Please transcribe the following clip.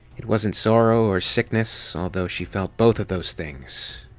it wasn't sorrow or sickness, although she felt both of those things.